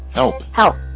help! help!